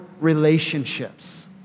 relationships